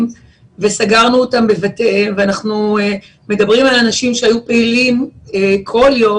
וסגרנו אותם בבתיהם ואנחנו מדברים על אנשים שהיו פעילים כל יום,